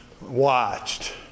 watched